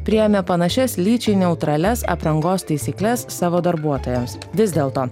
priėmė panašias lyčiai neutralias aprangos taisykles savo darbuotojams vis dėlto